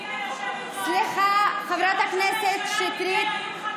גברתי היושבת-ראש, סליחה, חברת הכנסת שטרית.